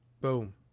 Boom